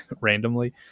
randomly